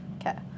Okay